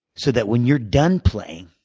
so that when you're done playing,